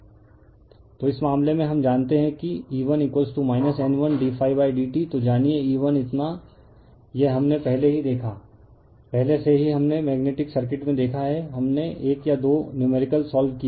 refer slide time 1036 तो इस मामले में हम जानते हैं कि E1 N1d dt तो जानिए E1 इतना यह हमने पहले ही देखा है पहले से ही हमने मैग्नेटिक सर्किट में देखा है हमने एक या दो नुमेरिकल सोल्व किए हैं